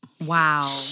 Wow